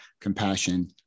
compassion